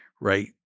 right